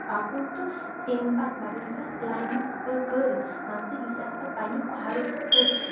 پَکُن تہٕ تمہِ پَتہٕ مَگر یُس اَسہِ کٔلایبِنگ کٔر مان ژٕ پَتہٕ یُس اَسہِ سُہ پَنٕنیو کھۄرو سُہ پوٚک